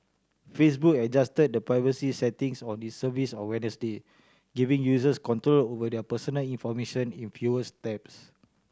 Facebook adjusted the privacy settings on its service on Wednesday giving users control over their personal information in fewer steps